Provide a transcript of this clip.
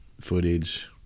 footage